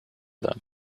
them